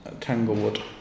Tanglewood